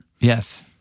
Yes